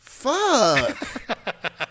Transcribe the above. Fuck